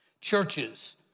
Churches